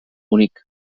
bonic